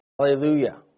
Hallelujah